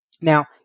Now